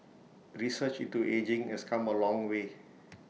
research into ageing has come A long way